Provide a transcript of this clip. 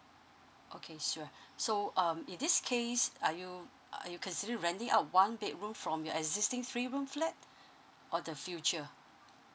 okay sure so um in this case are you uh you consider renting out one bedroom from your existing three room flat or the future